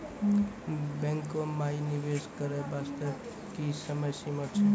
बैंको माई निवेश करे बास्ते की समय सीमा छै?